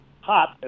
hot